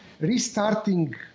restarting